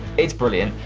it's brilliant,